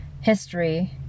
history